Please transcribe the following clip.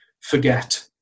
Forget